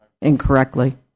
incorrectly